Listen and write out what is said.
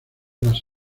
las